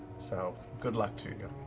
so. good luck to you.